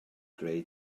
greu